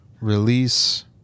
release